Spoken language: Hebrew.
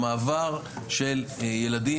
מעבר של ילדים,